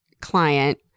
client